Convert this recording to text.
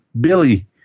Billy